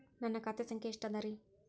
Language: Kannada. ನನ್ನ ಖಾತೆ ಸಂಖ್ಯೆ ಎಷ್ಟ ಅದರಿ?